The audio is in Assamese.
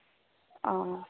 অ'